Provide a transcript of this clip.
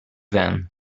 then